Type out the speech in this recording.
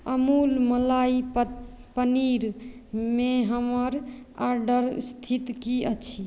अमूल मलाई पनीरमे हमर ऑर्डरक स्थिति की अछि